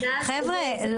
חבר'ה,